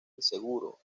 inseguro